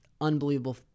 unbelievable